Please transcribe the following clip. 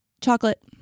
chocolate